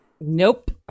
Nope